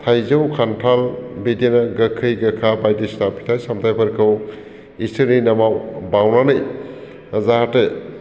थाइजौ खान्थाल बिदिनो गोखै गोखा बायदिसिना फिथाइ सामथायफोरखौ इसोरनि नामाव बाउनानै जाहाथे